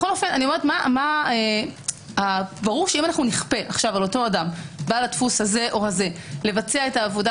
ברור שאם נכפה על אותו אדם בעל דפוס זה או זה לבצע את העבודה,